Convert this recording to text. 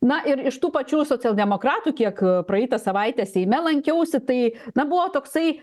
na ir iš tų pačių socialdemokratų kiek praeitą savaitę seime lankiausi tai na buvo toksai